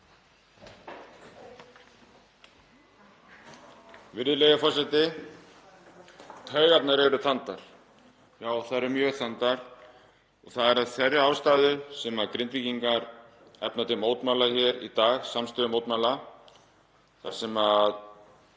Virðulegur forseti. Taugarnar eru þandar. Já, þær eru mjög þandar. Það er af þeirri ástæðu sem Grindvíkingar efna til mótmæla hér í dag, samstöðumótmæla, þar sem